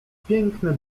piękne